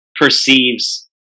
perceives